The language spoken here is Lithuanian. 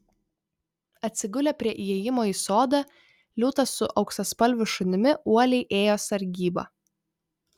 atsigulę prie įėjimo į sodą liūtas su auksaspalviu šunimi uoliai ėjo sargybą